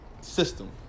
system